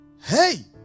Hey